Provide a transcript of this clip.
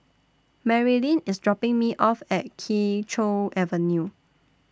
Marylin IS dropping Me off At Kee Choe Avenue